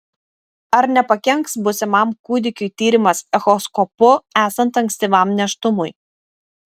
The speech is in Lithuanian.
ar nepakenks būsimam kūdikiui tyrimas echoskopu esant ankstyvam nėštumui